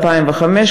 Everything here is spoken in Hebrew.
ב-2005,